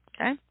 okay